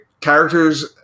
characters